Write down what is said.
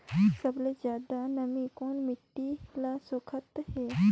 सबले ज्यादा नमी कोन मिट्टी ल सोखत हे?